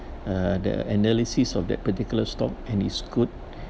uh the analysis of that particular stock and it's good